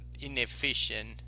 inefficient